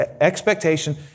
Expectation